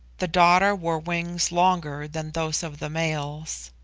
the daughter wore wings longer than those of the males.